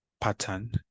pattern